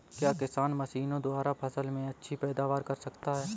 क्या किसान मशीनों द्वारा फसल में अच्छी पैदावार कर सकता है?